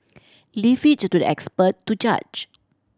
leave it to the expert to judge